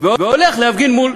והולך להפגין מול